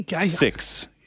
six